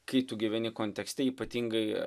kai tu gyveni kontekste ypatingai